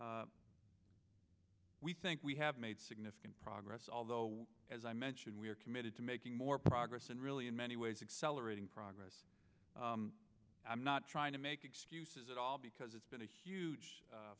that we think we have made significant progress although as i mentioned we are committed to making more progress and really in many ways accelerating progress i'm not trying to make excuses at all because it's been a huge